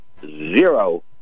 zero